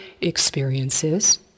experiences